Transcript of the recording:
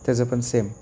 त्याचे पण सेम